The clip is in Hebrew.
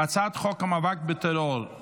אני קובע כי הצעת חוק העונשין (תיקון,